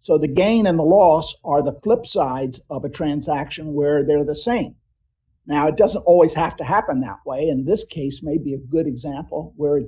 so the gain on the last are the flip side of a transaction where they're the same now it doesn't always have to happen that way in this case may be a good example where it